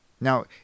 Now